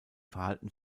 verhalten